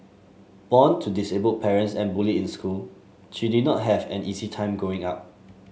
born to disabled parents and bullied in school she did not have an easy time Growing Up